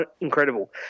incredible